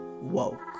woke